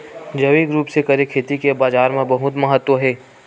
जैविक रूप से करे खेती के बाजार मा बहुत महत्ता हे